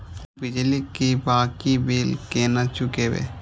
बिजली की बाकी बील केना चूकेबे?